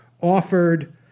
offered